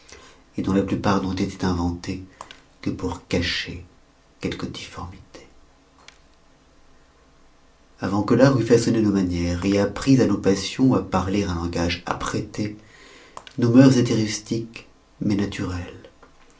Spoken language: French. dont la plupart n'ont été inventés que pour cacher quelque difformité avant que l'art eût façonné nos manières appris à nos passions à parler un langage apprêté nos mœurs étoient rustiques mais naturelles